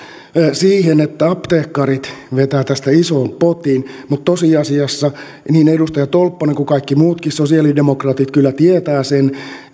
siihen että apteekkarit vetävät tästä ison potin mutta tosiasiassa niin edustaja tolppanen kuin kaikki muutkin sosialidemokraatit kyllä tietävät sen